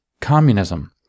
communism